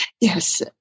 Yes